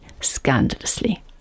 scandalously